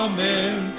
Amen